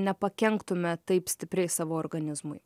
nepakenktume taip stipriai savo organizmui